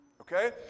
Okay